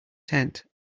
tent